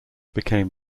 became